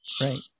Right